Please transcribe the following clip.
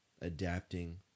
adapting